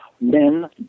Men